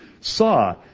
saw